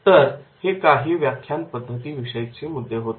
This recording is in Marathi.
तर हे काही व्याख्यान पद्धती विषयीचे मुद्दे होते